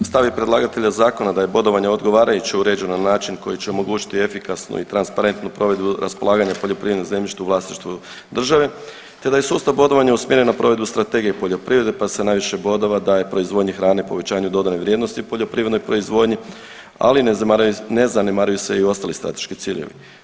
Stav je predlagatelja zakona da je bodovanje odgovarajuće uređeno na način koji će omogućiti efikasno i transparentnu provedbu raspolaganja poljoprivrednim zemljištem u vlasništvu države te da je sustav bodovanja usmjeren na provedbu strategije poljoprivrede pa se najviše bodova daje proizvodnji hrane, povećanju dodane vrijednosti poljoprivrednoj proizvodnji, ali ne zanemaruju se i ostali strateški ciljevi.